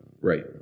Right